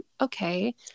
okay